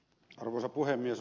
arvoisa puhemies